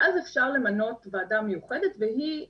ואז אפשר למנות ועדה מיוחדת והיא דנה,